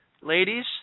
ladies